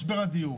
משבר הדיור.